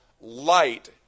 light